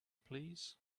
please